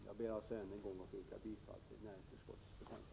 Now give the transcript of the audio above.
Jag ber alltså att än en gång få yrka bifall till näringsutskottets hemställan.